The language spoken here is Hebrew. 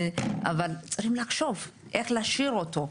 אבל צריכים לחשוב איך להשאיר אותו?